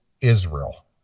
israel